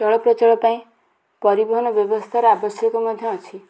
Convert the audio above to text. ଚଳପ୍ରଚଳ ପାଇଁ ପରିବହନ ବ୍ୟବସ୍ଥାର ଆବଶ୍ୟକ ମଧ୍ୟ ଅଛି